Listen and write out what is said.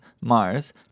Mars